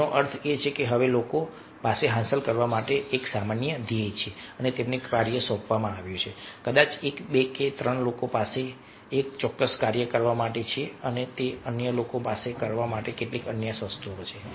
તેનો અર્થ એ કે લોકો પાસે હાંસલ કરવા માટે એક સામાન્ય ધ્યેય છે અને તેમને કાર્ય સોંપવામાં આવ્યું છે કદાચ એક કે બે લોકો પાસે એક ચોક્કસ કાર્ય કરવા માટે છે અન્ય લોકો પાસે કરવા માટે કેટલીક અન્ય વસ્તુઓ છે